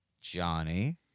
Johnny